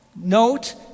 Note